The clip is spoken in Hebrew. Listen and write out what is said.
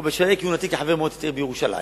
או בשלהי כהונתי כחבר מועצת העיר בירושלים.